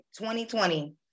2020